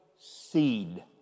seed